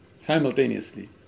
Simultaneously